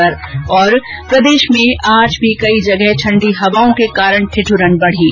्र प्रदेश में आज भी कई जगह ठंडी हवाओं के कारण ठिठरन बढी